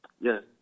Yes